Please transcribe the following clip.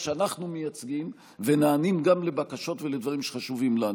שאנחנו מייצגים ונענים גם לבקשות ולדברים שחשובים לנו.